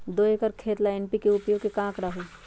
दो एकर खेत ला एन.पी.के उपयोग के का आंकड़ा होई?